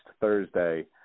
Thursday